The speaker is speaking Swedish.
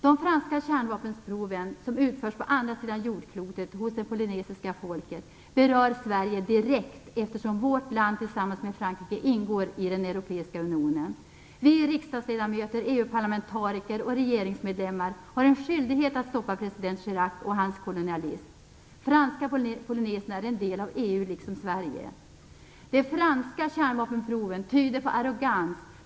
De franska kärnvapenproven, som utförs på andra sidan jordklotet, hos det polynesiska folket, berör Sverige direkt, eftersom vårt land tillsammans med Frankrike ingår i den europeiska unionen. Vi riksdagsledamöter, EU-parlamentariker och regeringsmedlemmar har en skyldighet att stoppa president Chirac och hans kolonialism. Franska Polynesien är en del av EU, liksom Sverige. De franska kärnvapenproven tyder på arrogans.